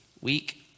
week